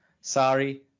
Sorry